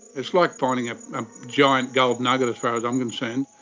it's like finding a giant gold nugget as far as i'm concerned.